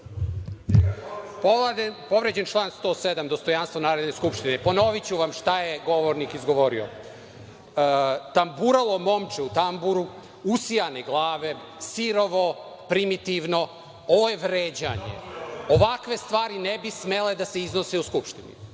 Povređen član 107. - dostojanstvo Narodne skupštine. Ponoviću vam šta je govornik izgovorio. Tamburalo momče u tamburu, usijane glave, sirovo, primitivno, ovo je vređanje. Ovakve stvari ne bi smele da se iznose u Skupštini.